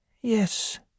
Yes